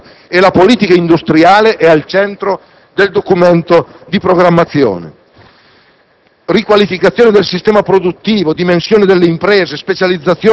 La politica industriale era al centro del nostro programma di Governo; ora la politica industriale è al centro del Documento di programmazione.